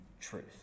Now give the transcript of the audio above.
truth